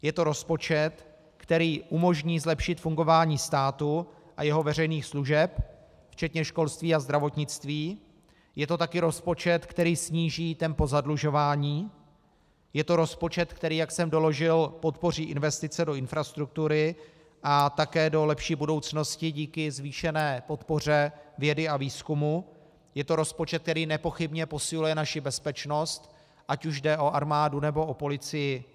Je to rozpočet, který umožní zlepšit fungování státu a jeho veřejných služeb včetně školství a zdravotnictví, je to také rozpočet, který sníží tempo zadlužování, je to rozpočet, který, jak jsem doložil, podpoří investice do infrastruktury a také do lepší budoucnosti díky zvýšené podpoře vědy a výzkumu, je to rozpočet, který nepochybně posiluje naši bezpečnost, ať už jde o armádu, nebo o policii.